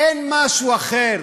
אין משהו אחר